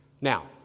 Now